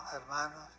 hermanos